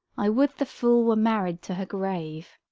i would the fool were married to her grave!